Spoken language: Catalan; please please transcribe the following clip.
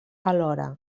alhora